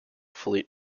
fleet